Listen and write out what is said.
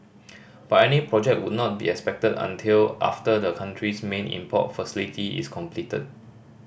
but any project would not be expected until after the country's main import facility is completed